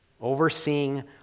overseeing